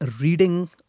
reading